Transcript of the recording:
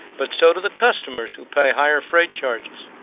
but so do the customers, who pay higher freight charges.